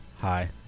Hi